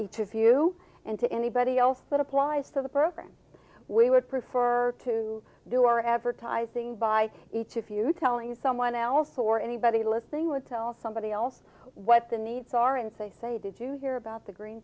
each if you and to anybody else that applies to the program we would prefer to do our advertising by each if you telling someone else or anybody listening would tell somebody else what the needs are and say say did you hear about the green